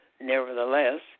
nevertheless